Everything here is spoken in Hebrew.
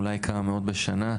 אולי כמה מאות בשנה.